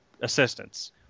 assistance